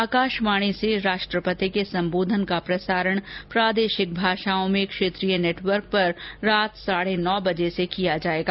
आकाशवाणी से राष्ट्रपति के संबोधन का प्रसारण प्रादेशिक भाषाओं में क्षेत्रीय नेटवर्क पर रात साढे नौ बजे से किया जायेगा